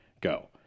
go